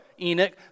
Enoch